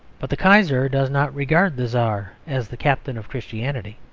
but the kaiser does not regard the czar as the captain of christianity.